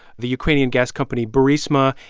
the ukrainian gas company burisma.